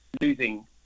losing